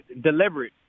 deliberate